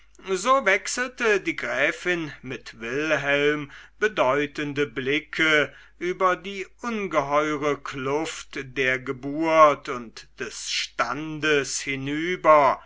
so wechselte die gräfin mit wilhelm bedeutende blicke über die ungeheure kluft der geburt und des standes hinüber